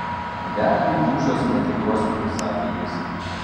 velniui dūšios neatiduosiu sakė jis